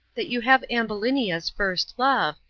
that you have ambulinia's first love,